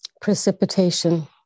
Precipitation